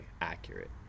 accurate